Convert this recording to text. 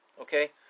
okay